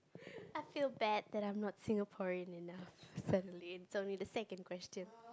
I feel bad that I'm not Singaporean enough certainly it's only the second question